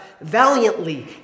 valiantly